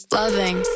loving